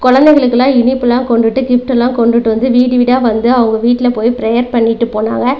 குழந்தைங்களுக்குலாம் இனிப்புலாம் கொண்டுகிட்டு கிஃப்டுலாம் கொண்டுகிட்டு வந்து வீடு வீடாக வந்து அவங்க வீட்டில் போய் ப்ரேயர் பண்ணிவிட்டு போனாங்கள்